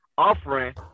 offering